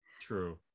True